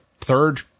third